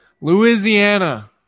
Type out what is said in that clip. Louisiana